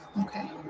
okay